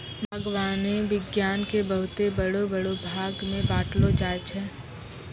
बागवानी विज्ञान के बहुते बड़ो बड़ो भागमे बांटलो जाय छै